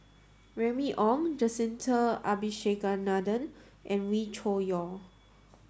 Remy Ong Jacintha Abisheganaden and Wee Cho Yaw